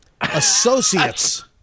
associates